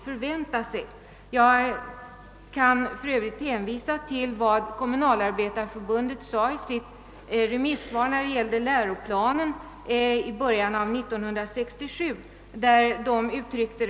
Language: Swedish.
För övrigt kan jag hänvisa till vad Svenska - kommunalarbetareförbundet yttrade i sitt remissvar i början av 1967 beträffande läroplanen.